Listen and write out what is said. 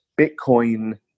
Bitcoin